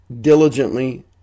diligently